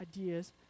ideas